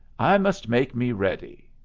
i must make me ready.